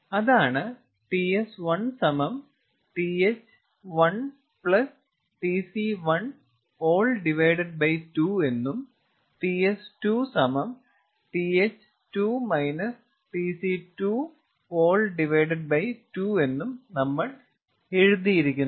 അതാണ് Ts1Th1Tc12 എന്നും Ts22 എന്നും നമ്മൾ എഴുതിയിരിക്കുന്നത്